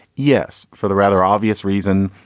yes. for the rather obvious reason.